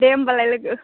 दे होमब्लालाय लोगो